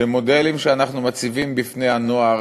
שמודלים שאנחנו מציבים בפני הנוער,